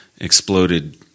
exploded